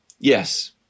Yes